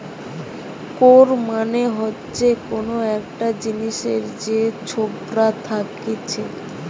কৈর মানে হচ্ছে কোন একটা জিনিসের যে ছোবড়া থাকতিছে